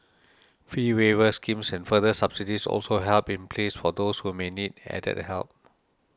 fee waiver schemes and further subsidies also have in place for those who may need added help